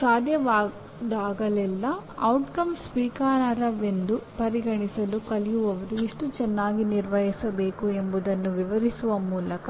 ಸಾಧ್ಯವಾದಾಗಲೆಲ್ಲಾ ಪರಿಣಾಮ ಸ್ವೀಕಾರಾರ್ಹವೆಂದು ಪರಿಗಣಿಸಲು ಕಲಿಯುವವರು ಎಷ್ಟು ಚೆನ್ನಾಗಿ ನಿರ್ವಹಿಸಬೇಕು ಎಂಬುದನ್ನು ವಿವರಿಸುವ ಮೂಲಕ